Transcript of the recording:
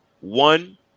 One